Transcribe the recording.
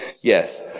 Yes